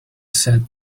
said